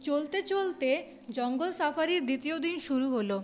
চলতে চলতে জঙ্গল সাফারির দ্বিতীয় দিন শুরু হল